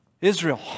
Israel